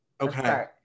okay